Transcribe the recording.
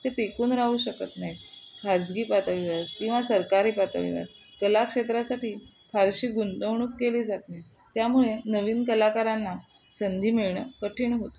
ते टिकून राहू शकत नाहीत खाजगी पातळीवर किंवा सरकारी पातळीवर कलाक्षेत्रासाठी फारशी गुंतवणूक केली जात नाही त्यामुळे नवीन कलाकारांना संधी मिळणं कठीण होत